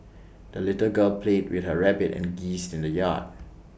the little girl played with her rabbit and geese in the yard